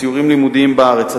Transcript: סיורים לימודיים בארץ,